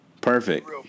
Perfect